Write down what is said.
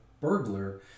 burglar